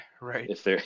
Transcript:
right